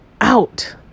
out